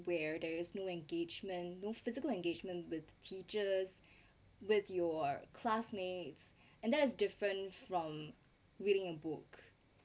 where there is no engagement no physical engagement with teachers with your classmates and that is different from reading a book